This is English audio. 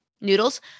noodles